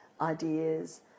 ideas